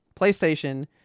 PlayStation